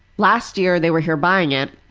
last year they were here buying it